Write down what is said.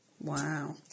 Wow